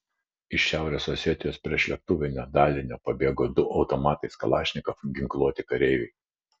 iš šiaurės osetijos priešlėktuvinio dalinio pabėgo du automatais kalašnikov ginkluoti kareiviai